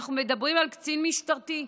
אנחנו מדברים על קצין משטרתי.